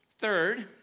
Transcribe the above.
Third